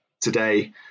today